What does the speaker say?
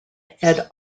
head